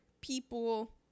people